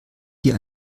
dir